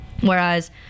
Whereas